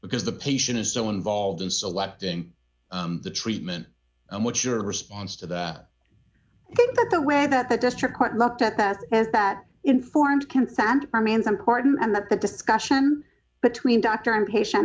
because the patient is so involved in selecting the treatment and what's your response to that i think that the way that the district court looked at that is that informed consent remains important and that the discussion between doctor and patient